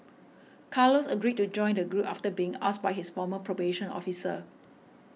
carlos agreed to join the group after being asked by his former probation officer